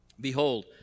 Behold